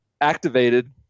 activated